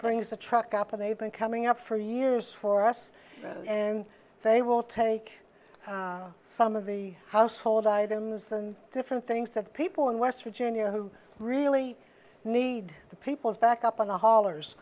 brings the truck up and they've been coming up for years for us and they will take some of the household items and different things that people in west virginia who really need the people back up on the hollers